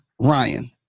Ryan